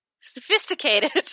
sophisticated